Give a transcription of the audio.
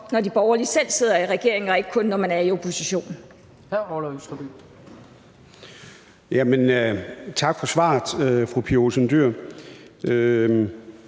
når de borgerlige selv sidder i regering og ikke kun, når man er i opposition.